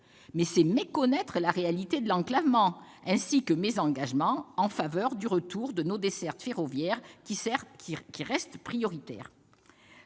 C'est méconnaître la réalité de l'enclavement, ainsi que mes engagements en faveur du retour de nos dessertes ferroviaires, qui restent prioritaires.